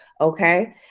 Okay